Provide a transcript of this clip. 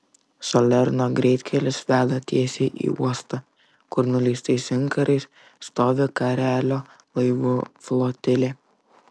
salerno greitkelis veda tiesiai į uostą kur nuleistais inkarais stovi karelio laivų flotilė